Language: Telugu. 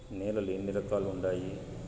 నేలలు ఎన్ని రకాలు వుండాయి?